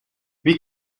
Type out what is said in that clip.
wie